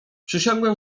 przysiągłem